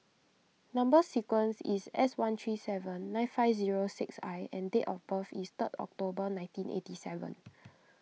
Number Sequence is S one three seven nine five zero six I and date of birth is third October nineteen eighty seven